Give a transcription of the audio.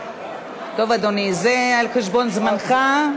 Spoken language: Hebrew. טוב, אדוני, זה על חשבון זמנך.